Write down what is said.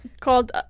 Called